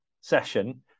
session